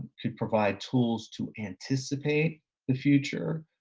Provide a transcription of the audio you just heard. could provide tools to anticipate the future.